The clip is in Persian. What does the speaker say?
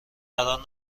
قرار